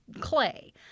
clay